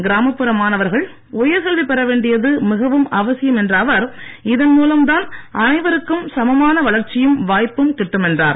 கிராமப்புற மாணவர்கள் உயர்கல்வி பெற வேண்டியது மிகவும் அவசியம் என்ற அவர் இதன் மூலம் தான் அனைவருக்கும் சமமான வளர்ச்சியும் வாய்ப்பும் கிட்டும் என்றார்